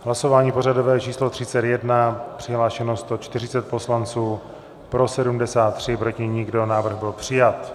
Hlasování pořadové číslo 31, přihlášeno 140 poslanců, pro 73, proti 0, návrh byl přijat.